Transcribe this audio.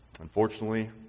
Unfortunately